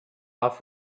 off